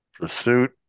pursuit